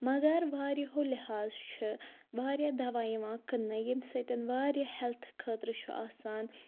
مگر واریاہو لہٰذٕ چھُ واریاہ دوا یِوان کٕنٛنہٕ ییٚمہِ سۭتۍ واریاہ ہٮ۪لتھٕ خٲطرٕ چھُ آسان